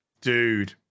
dude